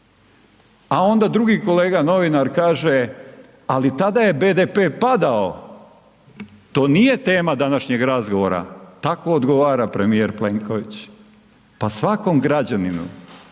a onda drugi kolega novinar kaže, ali tada je BDP padao, to nije tema današnjeg razgovora, tako odgovara premijer Plenković. Pa svakom građaninu,